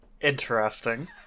Interesting